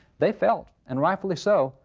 they felt, and rightfully so,